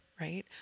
right